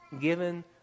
given